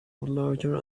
larger